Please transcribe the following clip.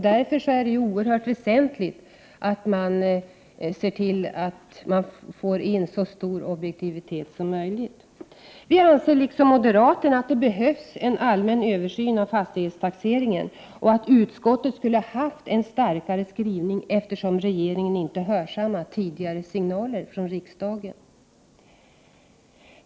Därför är det oerhört väsentligt att man ser till att få så stor objektivitet som möjligt. Vi i centern anser liksom moderaterna att det behövs en allmän översyn av fastighetstaxeringen och att utskottet skulle ha gjort en starkare skrivning, eftersom regeringen inte har hörsammat tidigare signaler från riksdagen.